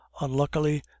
unluckily